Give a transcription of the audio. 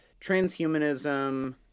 transhumanism